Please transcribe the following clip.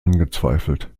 angezweifelt